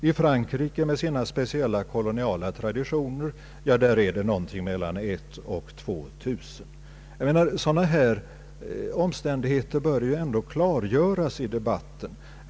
I Frankrike, som har speciella koloniala traditioner, gäller det mellan 1 000 och 2 000 personer. Dylika omständigheter bör ändå klargöras i debatten.